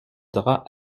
drap